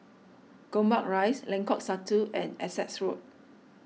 Gombak Rise Lengkok Satu and Essex Road